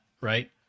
right